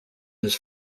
his